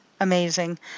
amazing